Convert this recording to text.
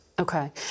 Okay